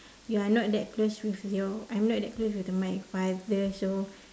you're not that close with your I'm not that close with my father so